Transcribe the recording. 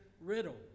Riddle